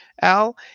Al